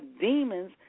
demons